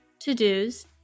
to-dos